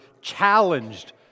challenged